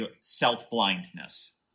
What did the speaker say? self-blindness